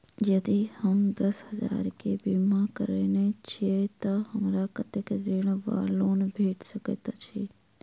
यदि हम दस हजार केँ बीमा करौने छीयै तऽ हमरा कत्तेक ऋण वा लोन भेट सकैत अछि?